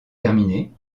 terminée